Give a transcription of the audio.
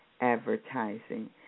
advertising